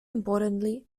importantly